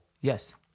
Yes